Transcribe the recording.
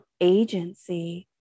agency